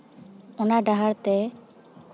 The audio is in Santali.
ᱚᱱᱟ ᱰᱟᱦᱟᱨ ᱛᱮ